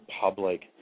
public